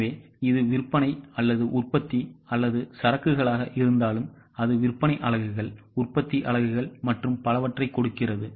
எனவே இது விற்பனை அல்லது உற்பத்தி அல்லது சரக்குகளாக இருந்தாலும் அது விற்பனை அலகுகள் உற்பத்திஅலகுகள்மற்றும்பலவற்றைக்கொடுக்கிறது